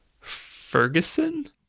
Ferguson